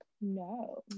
No